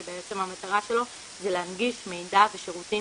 שבעצם המטרה שלו זה להנגיש מידע ושירותים